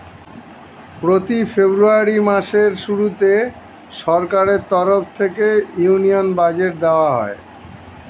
প্রতি ফেব্রুয়ারি মাসের শুরুতে সরকারের তরফ থেকে ইউনিয়ন বাজেট দেওয়া হয়